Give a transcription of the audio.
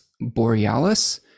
borealis